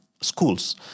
schools